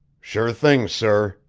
sure thing, sir,